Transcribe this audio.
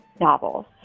novels